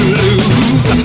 lose